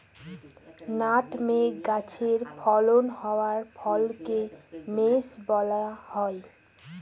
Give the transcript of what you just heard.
nutmeg গাছে ফলন হওয়া ফলকে মেস বলা হয়